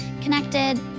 connected